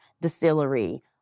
distillery